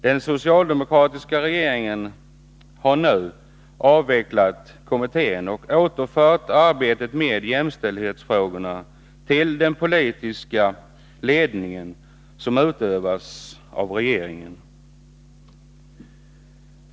Den socialdemokratiska regeringen har nu avskaffat kommittén och återfört arbetet med jämställdhetsfrågorna under den politiska ledning som utövas av regeringen.